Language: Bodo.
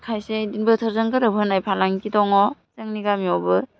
खायसे एदिनो बोथोरजों गोरोब होनाय फालांगि दङ जोंनि गामिआवबो